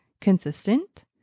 consistent